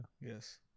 Yes